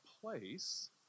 place